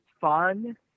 fun